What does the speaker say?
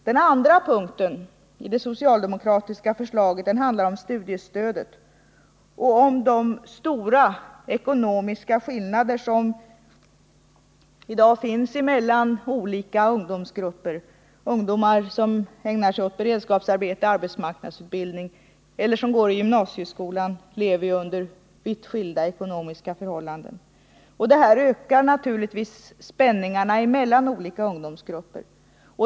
Den andra punkten i det socialdemokratiska förslaget handlar om studiestödet och om de stora ekonomiska skillnader som i dag finns mellan olika ungdomsgrupper. Ungdomar som ägnar sig åt beredskapsarbete eller arbetsmarknadsutbildning och ungdomar som går i gymnasieskolan lever ju under vitt skilda ekonomiska förhållanden. Detta ökar naturligtvis spänningarna mellan de olika ungdomsgrupperna.